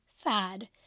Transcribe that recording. sad